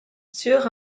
sur